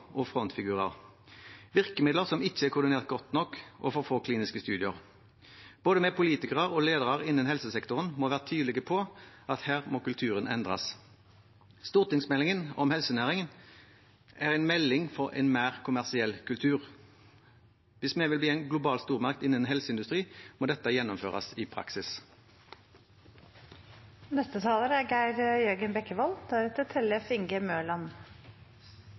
og frontfigurer virkemidler som ikke er koordinert godt nok for få kliniske studier Både vi politikere og ledere innen helsesektoren må være tydelige på at her må kulturen endres. Stortingsmeldingen om helsenæringen er en melding for en mer kommersiell kultur. Hvis vi vil bli en global stormakt innen helseindustri, må dette gjennomføres i